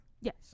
Yes